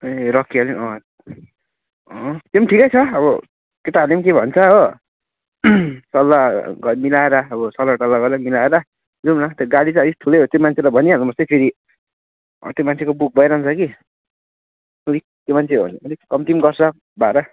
ए rocky island अँ त्यो पनि ठिकै छ अब केटाहरूले पनि के भन्छ हो सल्लाह ग मिलाएर अब सल्लाहटल्ला गरेर मिलाएर जाउँ न त्यो गाडी चाहिँ अलिक ठुलै त्यो मान्छेलाई भनी हाल्नुपर्छै फेरि अँ त्यो मान्छेको बुक भइरहन्छ कि त्यही त्यो मान्छे हो भने अलिक कम्ती पनि गर्छ भाडा